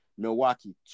Milwaukee